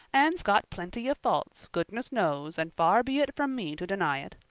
anne's got plenty of faults, goodness knows, and far be it from me to deny it.